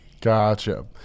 Gotcha